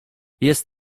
jest